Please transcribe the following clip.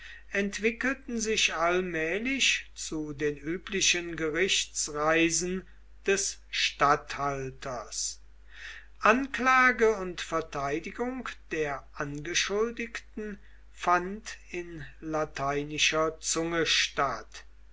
entwickelten sich allmählich zu den üblichen gerichtsreisen des statthalters anklage und verteidigung der angeschuldigten fand in lateinischer zunge statt